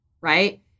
right